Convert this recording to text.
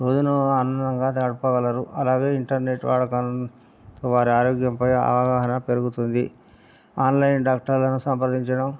రోజును ఆనందంగా గడపగలరు అలాగే ఇంటర్నెట్ వాడకాలు వారి ఆరోగ్యంపై అవగాహన పెరుగుతుంది ఆన్లైన్ డాక్టర్లను సంప్రదించడం